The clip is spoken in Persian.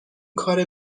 کار